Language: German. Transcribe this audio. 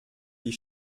die